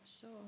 sure